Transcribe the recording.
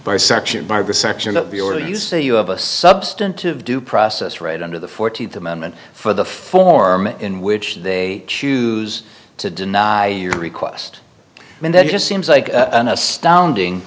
by section barbara section of the order you say you have a substantive due process right under the fourteenth amendment for the form in which they choose to deny your request and then just seems like an astounding